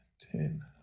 ten